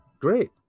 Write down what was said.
great